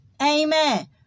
Amen